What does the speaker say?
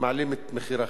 מעלים את מחירי החשמל,